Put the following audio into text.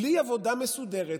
בלי עבודה מסודרת,